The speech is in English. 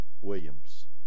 Williams